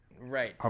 Right